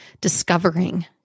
discovering